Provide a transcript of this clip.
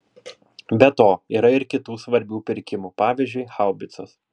be to yra ir kitų svarbių pirkimų pavyzdžiui haubicos